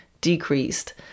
decreased